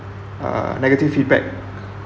a negative feedback